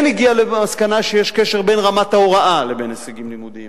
הוא כן הגיע למסקנה שיש קשר בין רמת ההוראה לבין הישגים לימודיים.